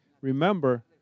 Remember